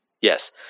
Yes